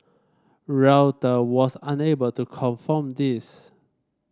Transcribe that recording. Reuter was unable to confirm this